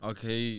Okay